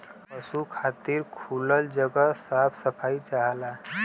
पसु खातिर खुलल जगह साफ सफाई चाहला